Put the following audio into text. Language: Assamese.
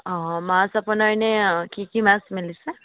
অঁ মাছ আপোনাৰ এনেই কি কি মাছ মেলিছে